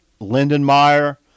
Lindenmeyer